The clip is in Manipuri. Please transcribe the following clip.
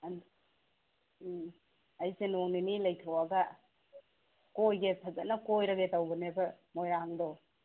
ꯎꯝ ꯑꯩꯁꯦ ꯅꯣꯡ ꯅꯤꯅꯤ ꯂꯩꯊꯣꯛꯑꯒ ꯀꯣꯏꯒꯦ ꯐꯖꯅ ꯀꯣꯏꯔꯒꯦ ꯇꯧꯕꯅꯦꯕ ꯃꯣꯏꯔꯥꯡꯗꯣ